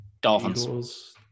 Dolphins